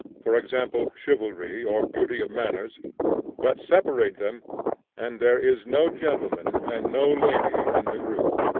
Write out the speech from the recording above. for example, chivalry or beauty of manners but separate them and there is no gentleman and no lady in the group.